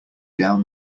down